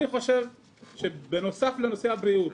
אני חושב שבנוסף לנושא הבריאות,